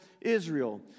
Israel